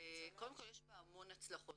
קודם כל יש בה המון הצלחות,